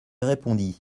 répondit